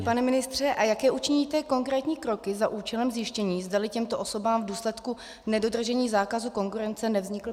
Pane ministře, a jaké učiníte konkrétní kroky za účelem zjištění, zdali těmto osobám v důsledku nedodržení zákazu konkurence nevznikl prospěch?